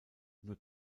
nur